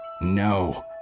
No